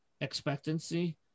expectancy